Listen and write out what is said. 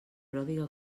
pròdiga